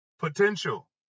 Potential